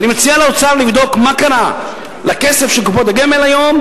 ואני מציע לאוצר לבדוק מה קרה לכסף של קופות הגמל היום,